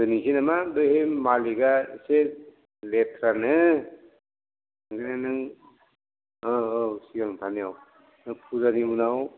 दोनहैनोसै नामा बै मालिगा एसे लेथ्रानो ओंखायनो नों औ औ सिगां थानायाव पुजानि उनाव